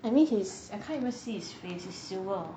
I mean he's I can't even see his face it's silver